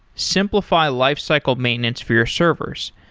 simplify lifecycle maintenance for your servers.